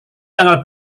tanggal